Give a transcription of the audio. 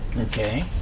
Okay